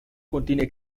contiene